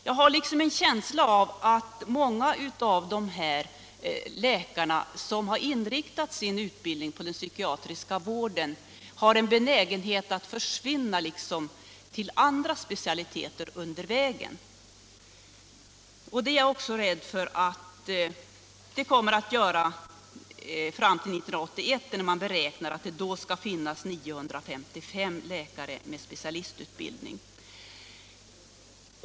Jag har en känsla av att många av de läkare som inriktar sin utbildning på den psykiatriska vården har en benägenhet att försvinna till andra specialiteter under vägen. Det är jag rädd för att de kommer att fortsätta att göra fram till 1981, då man beräknar att det skall finnas 955 läkare med sådan specialistutbildning.